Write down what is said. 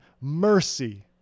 mercy